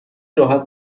راحت